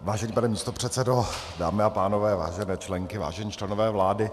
Vážený pane místopředsedo, dámy a pánové, vážené členky, vážení členové vlády.